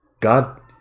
God